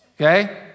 okay